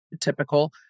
typical